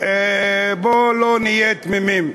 בואו לא נהיה תמימים.